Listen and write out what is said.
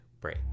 break